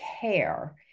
care